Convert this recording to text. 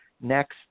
next